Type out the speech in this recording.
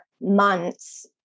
months